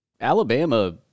Alabama